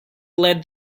led